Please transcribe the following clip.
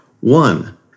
One